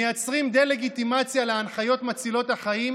מייצרים דה-לגיטימציה להנחיות מצילות החיים